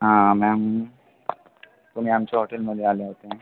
हां मॅम तुम्ही आमच्या हॉटेलमध्ये आल्या होत्या